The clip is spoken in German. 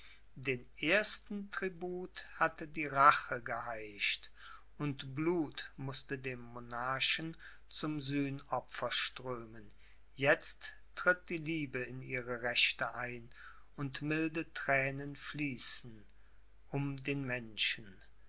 den ersten tribut hatte die rache geheischt und blut mußte dem monarchen zum sühnopfer strömen jetzt tritt die liebe in ihre rechte ein und milde thränen fließen um den menschen